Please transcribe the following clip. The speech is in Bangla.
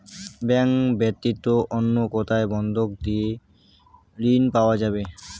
ব্যাংক ব্যাতীত অন্য কোথায় বন্ধক দিয়ে ঋন পাওয়া যাবে?